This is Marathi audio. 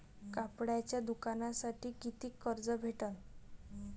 कापडाच्या दुकानासाठी कितीक कर्ज भेटन?